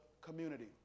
community